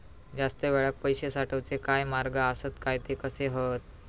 जास्त वेळाक पैशे साठवूचे काय मार्ग आसत काय ते कसे हत?